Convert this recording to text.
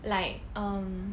like um